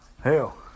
Hell